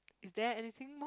is there anything more